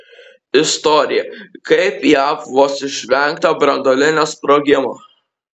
istorija kaip jav vos išvengta branduolinio sprogimo